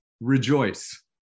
rejoice